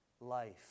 life